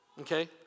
Okay